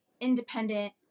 independent